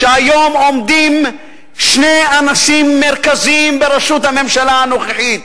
כשהיום עומדים שני אנשים מרכזיים בראשות הממשלה הנוכחית,